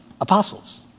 apostles